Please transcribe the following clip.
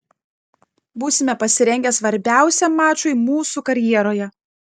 būsime pasirengę svarbiausiam mačui mūsų karjeroje